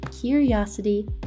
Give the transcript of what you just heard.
curiosity